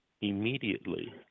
immediately